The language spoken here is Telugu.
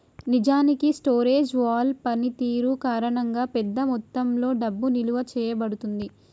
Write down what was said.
నిజానికి స్టోరేజ్ వాల్ పనితీరు కారణంగా పెద్ద మొత్తంలో డబ్బు నిలువ చేయబడుతుంది